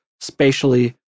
spatially